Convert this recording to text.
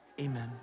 Amen